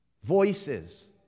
Voices